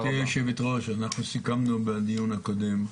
גברתי יושבת הראש, אנחנו סיכמנו בדיון הקודם,